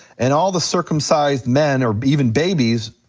and all the circumcised men, or even babies,